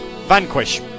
Vanquish